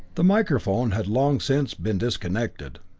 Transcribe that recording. the microphone had long since been disconnected.